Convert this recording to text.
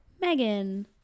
megan